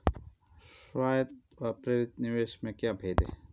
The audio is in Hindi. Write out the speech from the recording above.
स्वायत्त व प्रेरित निवेश में क्या भेद है?